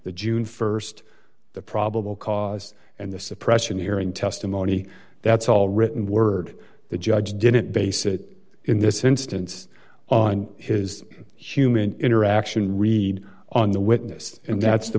the june st the probable cause and the suppression hearing testimony that's all written word the judge didn't base it in this instance on his human interaction read on the witness and that's the